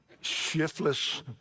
shiftless